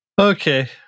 Okay